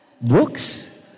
Books